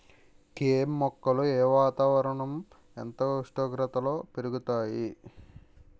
కెమ్ మొక్కలు ఏ వాతావరణం ఎంత ఉష్ణోగ్రతలో పెరుగుతాయి?